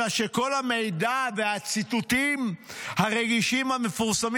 אלא שכל המידע והציטוטים הרגישים המפורסמים